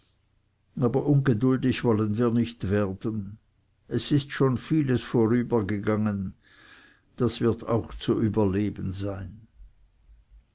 aber ungeduldig wollen wir nicht werden es ist schon vieles vorübergegangen das wird auch zu überleben sein